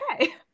okay